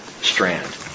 strand